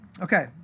okay